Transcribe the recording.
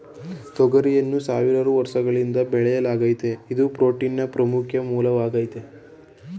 ತೊಗರಿಯನ್ನು ಸಾವಿರಾರು ವರ್ಷಗಳಿಂದ ಬೆಳೆಯಲಾಗ್ತಿದೆ ಇದು ಪ್ರೋಟೀನ್ನ ಪ್ರಮುಖ ಮೂಲವಾಗಾಯ್ತೆ